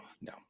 no